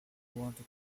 toronto